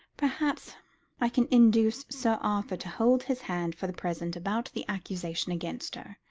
perhaps i can induce sir arthur to hold his hand for the present about the accusation against her.